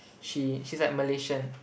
she she's like Malaysian